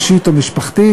אישית או משפחתית.